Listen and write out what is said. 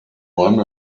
one